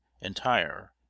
entire